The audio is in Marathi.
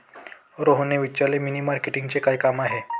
रोहनने विचारले, मनी मार्केटचे काय काम आहे?